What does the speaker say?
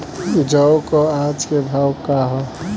जौ क आज के भाव का ह?